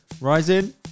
Rising